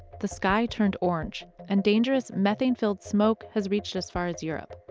the sky turned orange and dangerous methane filled smoke has reached as far as europe.